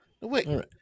Wait